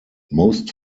most